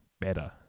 better